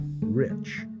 rich